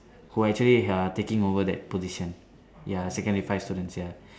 who are actually uh taking over that position ya secondary five students ya